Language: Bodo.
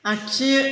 आगसि